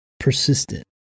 Persistent